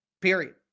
Period